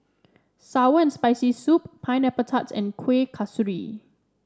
Sour and Spicy Soup Pineapple Tart and Kuih Kasturi